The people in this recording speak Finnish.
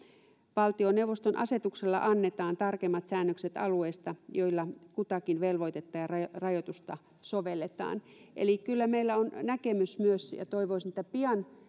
valtioneuvoston asetuksella annetaan tarkemmat säännökset alueista joilla kutakin velvoitetta ja rajoitusta sovelletaan eli kyllä meillä on myös näkemys ja toivoisin että pian